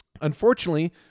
Unfortunately